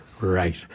Right